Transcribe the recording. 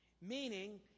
Meaning